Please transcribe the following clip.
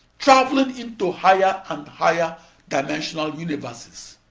traveling into higher and higher dimensional universes.